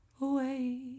away